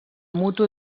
mutu